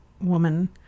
woman